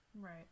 Right